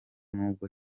nubwo